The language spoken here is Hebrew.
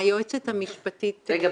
היועצת המשפטית --- רגע,